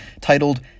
titled